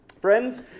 Friends